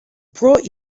brought